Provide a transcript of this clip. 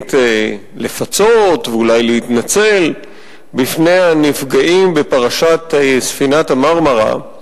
ישראלית לפצות ואולי להתנצל בפני הנפגעים בפרשת ספינת ה"מרמרה"